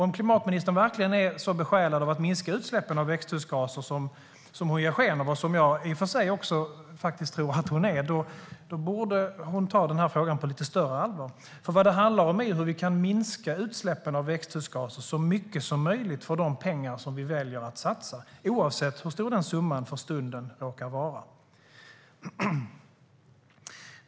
Om klimatministern verkligen är så besjälad av att minska utsläppen av växthusgaser som hon ger sken av och som jag i och för sig också tror att hon är borde hon ta denna fråga på lite större allvar. För vad det handlar om är hur vi kan minska utsläppen av växthusgaser så mycket som möjligt för de pengar vi väljer att satsa, oavsett hur stor den summan för stunden råkar vara.